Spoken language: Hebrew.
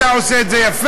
אתה עושה את זה יפה,